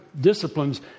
disciplines